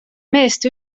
meest